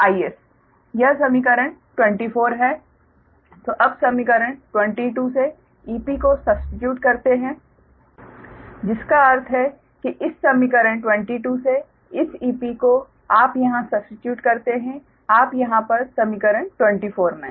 तो अब समीकरण 22 से Ep को सब्स्टिट्यूट करते है जिसका अर्थ है कि इस समीकरण 22 से इस Ep को आप यहाँ सब्स्टिट्यूट करते हैं आप यहा पर समीकरण 24 में